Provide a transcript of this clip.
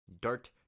Dart